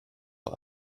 vor